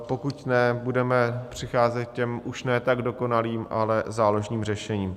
Pokud ne, budeme přicházet k těm už ne tak dokonalým, ale záložním řešením.